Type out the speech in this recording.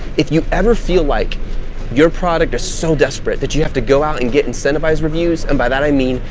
if you ever feel like your product are so desperate that you have to go out and get incentivize reviews, and by that, i mean,